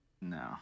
No